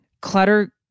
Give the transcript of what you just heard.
Clutter